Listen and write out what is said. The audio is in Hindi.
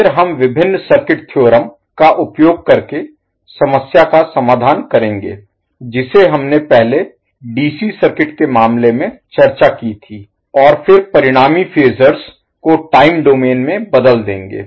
फिर हम विभिन्न सर्किट थ्योरम का उपयोग करके समस्या का समाधान करेंगे जिसे हमने पहले डीसी सर्किट के मामले में चर्चा की थी और फिर परिणामी फेजर्स को टाइम डोमेन में बदल देंगे